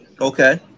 Okay